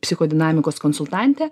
psicho dinamikos konsultantė